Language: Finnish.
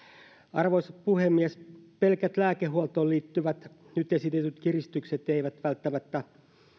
arvoisa puhemies pelkät lääkehuoltoon liittyvät nyt esitetyt kiristykset eivät välttämättä